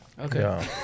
Okay